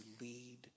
lead